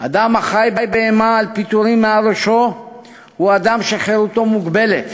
אדם החי באימה מפיטורים מעל ראשו הוא אדם שחירותו מוגבלת,